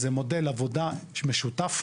זה מודל עבודה משותף.